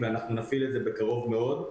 ונפעיל את זה בקרוב מאוד.